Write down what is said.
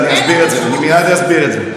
אני אסביר את זה, אני מייד אסביר את זה.